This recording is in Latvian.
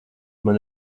man